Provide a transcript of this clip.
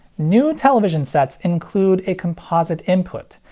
new television sets include a composite input,